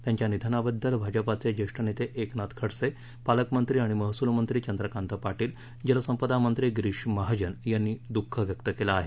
त्यांच्या निधनाबद्दल भाजपाचे जेठ नेते एकनाथ खडसे पालकमंत्री आणि महसूल मंत्री चंद्रकांत पाटील जलसंपदा मंत्री गिरीष महाजन यांनी द्रःख व्यक्त केलं आहे